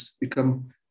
become